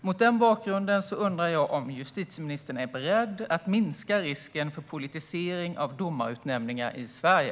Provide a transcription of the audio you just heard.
Mot denna bakgrund undrar jag om justitieministern är beredd att minska risken för politisering av domarutnämningar i Sverige.